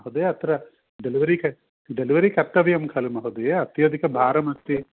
महोदया अत्र डेलिवरी क डेलिवरी कर्तव्यं खलु महोदय अत्याधिक भारम् अस्ति